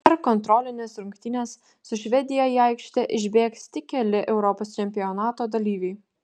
per kontrolines rungtynes su švedija į aikštę išbėgs tik keli europos čempionato dalyviai